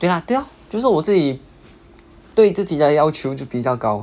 对啦对 lor 就是我自己对自己的要求就比较高